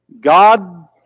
God